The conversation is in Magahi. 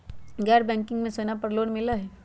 गैर बैंकिंग में सोना पर लोन मिलहई?